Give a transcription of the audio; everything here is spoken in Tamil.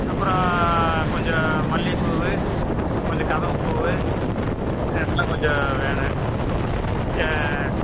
அப்புறம் கொஞ்சம் மல்லிகைப் பூ கொஞ்சம் கதம்பம் பூ இதெல்லாம் கொஞ்சம் வேணும்